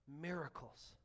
miracles